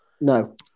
No